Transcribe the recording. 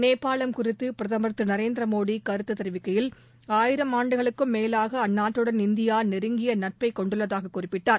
நேபாளம் குறித்து பிரதமர் திரு நரேந்திர மோடி கருத்து தெரிவிக்கையில் ஆயிரம் ஆண்டுகளுக்கும் மேலாக அந்நாட்டுடன் இந்தியா நெருங்கிய நட்பை கொண்டுள்ளதாக குறிப்பிட்டார்